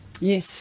Yes